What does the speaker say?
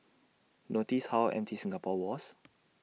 notice how empty Singapore was